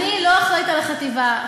אני לא אחראית לחטיבה.